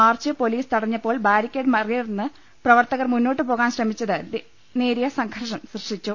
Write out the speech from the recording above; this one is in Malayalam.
മാർച്ച് പൊലീസ് തടഞ്ഞപ്പോൾ ബാരിക്കേഡ് മറികടന്ന് പ്രവർത്തകർ മുന്നോട്ട് പോകാൻ ശ്രമിച്ചത് നേരിയ സംഘർഷം സൃഷ്ടിച്ചു